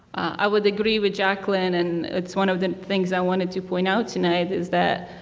i would agree with jacqueline and it's one of the things i wanted to point out tonight is that,